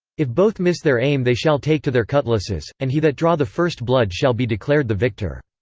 if both miss their aim they shall take to their cutlasses, and he that draw the first blood shall be declared the victor.